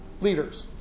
leaders